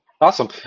Awesome